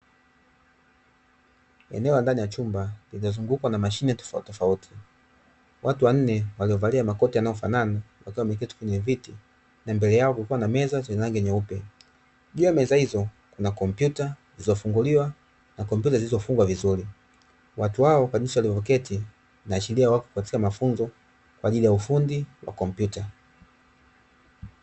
Eneo la ndani ya chumba limezungukwa na mashine tofautitofauti. Watu wanne waliovalia makoti yanayofanana wakiwa wameketi kwenye viti, na mbele yao kukiwa na meza zenye rangi nyeupe. Juu ya meza hizo kuna kompyuta zilizofunguliwa na kompyuta zilizofungwa vizuri. Watu hao kwa jinsi walivyoketi, inaashiria wako katika mafunzo kwa ajili ya ufundi wa kompyuta.